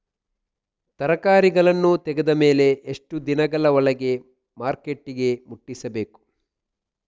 ತರಕಾರಿಗಳನ್ನು ತೆಗೆದ ಮೇಲೆ ಎಷ್ಟು ದಿನಗಳ ಒಳಗೆ ಮಾರ್ಕೆಟಿಗೆ ಮುಟ್ಟಿಸಬೇಕು?